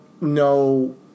No